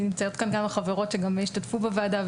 נמצאות כאן גם החברות שהשתתפו בוועדה.